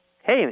hey